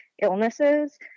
illnesses